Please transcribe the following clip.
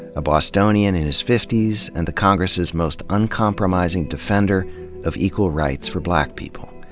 a bostonian in his fifties and the congress's most uncompromising defender of equal rights for black people.